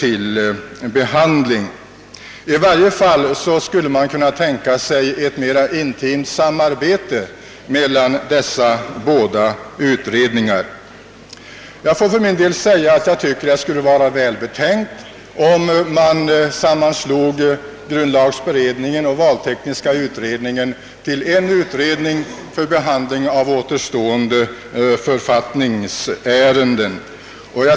I varje fall kunde man tänka sig ett mera intimt samarbete mellan dessa båda utredningar. Jag tycker för min del att det skulle vara välbetänkt att sammanslå grund lagberedningen och valtekniska utredningen till en enda kommitté för behandling av återstående författningsärenden.